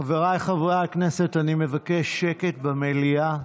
חבריי חברי הכנסת, אני מבקש שקט במליאה.